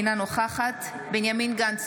אינה נוכחת בנימין גנץ,